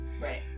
Right